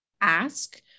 ask